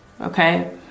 Okay